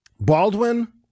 Baldwin